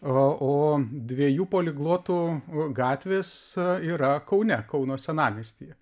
o dviejų poliglotų gatvės yra kaune kauno senamiestyje